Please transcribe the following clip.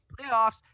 Playoffs